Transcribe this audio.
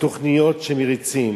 התוכניות שמריצים,